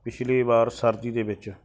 ਪਿਛਲੀ ਵਾਰ ਸਰਦੀ ਦੇ ਵਿੱਚ